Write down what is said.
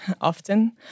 often